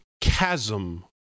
chasm